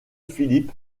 philippe